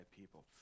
people